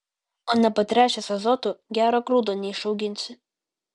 o nepatręšęs azotu gero grūdo neišauginsi